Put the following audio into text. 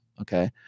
Okay